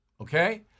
Okay